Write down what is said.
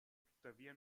tuttavia